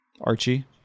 Archie